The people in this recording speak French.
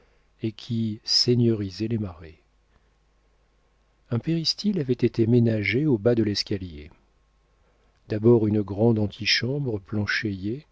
et qui seigneurisait les marais un péristyle avait été ménagé au bas de l'escalier d'abord une grande antichambre planchéiée